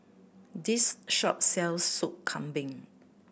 this shop sells Sop Kambing